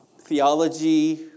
Theology